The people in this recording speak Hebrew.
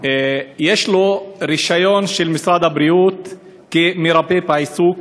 יש לו רישיון של משרד הבריאות כמרפא בעיסוק